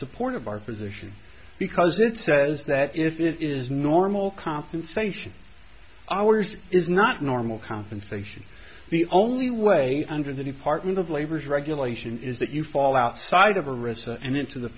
support of our position because it says that if it is normal compensation ours is not normal compensation the only way under the department of labor's regulation is that you fall outside of a recess and into the